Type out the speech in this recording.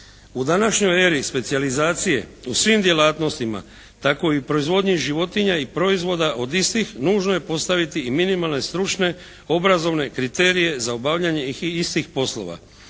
U današnjoj eri specijalizacije u svim djelatnostima tako i u proizvodnji životinja i proizvoda od istih nužno je postaviti i minimalne stručne, obrazovne kriterije za obavljanje istih poslova.